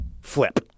flip